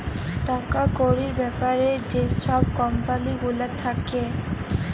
টাকা কড়ির ব্যাপারে যে ছব কম্পালি গুলা থ্যাকে